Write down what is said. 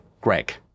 greg